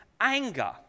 anger